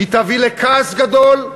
היא תביא לכעס גדול.